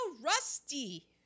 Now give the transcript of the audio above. rusty